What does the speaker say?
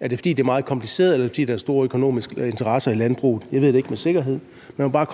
Er det, fordi det er meget kompliceret, eller er det, fordi der er store økonomiske interesser i landbruget? Jeg ved det ikke med sikkerhed, men jeg må bare